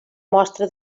mostra